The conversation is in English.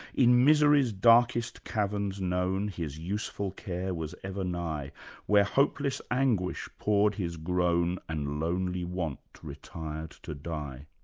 in misery's darkest cavern known his useful care was every night where hopeless anguish poured his groan and lonely want retired to die.